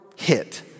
hit